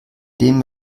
dem